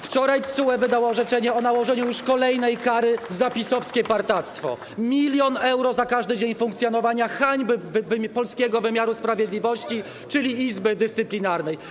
Wczoraj TSUE wydał orzeczenie o nałożeniu już kolejnej kary za PiS-owskie partactwo: 1 mln euro za każdy dzień funkcjonowania hańby polskiego wymiaru sprawiedliwości, czyli Izby Dyscyplinarnej.